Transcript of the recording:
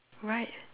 right